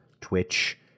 Twitch